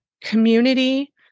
community